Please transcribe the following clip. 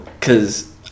Cause